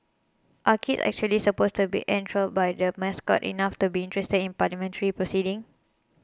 are kids actually supposed to be enthralled by the Mascot enough to be interested in parliamentary proceedings